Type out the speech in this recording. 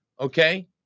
okay